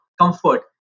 comfort